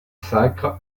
sacre